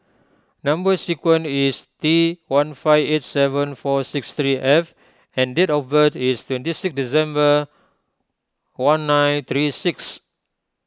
Number Sequence is T one five eight seven four six three F and date of birth is twenty six December one nine three six